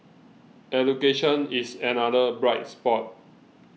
education is another bright spot